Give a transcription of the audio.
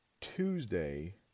Tuesday